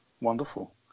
wonderful